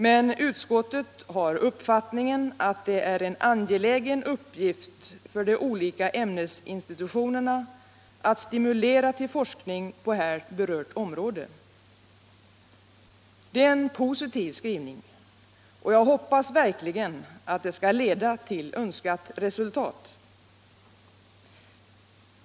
Men utskottet har uppfattningen att det är ”en angelägen uppgift för de olika ämnesinstitutionerna att stimulera till forskning på här berört område”. Det är en positiv skrivning, och jag hoppas verkligen att den skall leda till önskat resultat.